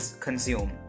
consume